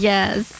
Yes